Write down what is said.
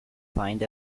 find